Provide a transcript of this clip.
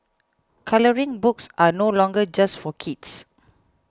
colouring books are no longer just for kids